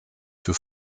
für